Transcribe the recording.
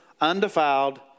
undefiled